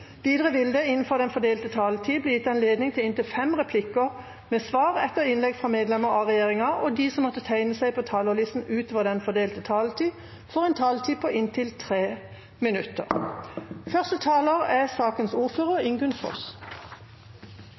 Videre vil det – innenfor den fordelte taletid – bli gitt anledning til inntil seks replikker med svar etter innlegg fra medlemmer av regjeringen, og de som måtte tegne seg på talerlisten utover den fordelte taletid, får en taletid på inntil 3 minutter. I dag er